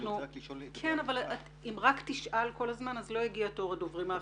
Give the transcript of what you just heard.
תודה רבה.